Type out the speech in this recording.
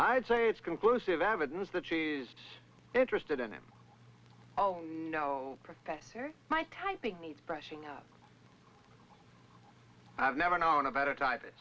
i'd say it's conclusive evidence that she's interested in him oh no professor my typing needs pressing up i've never known a better